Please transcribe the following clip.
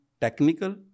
technical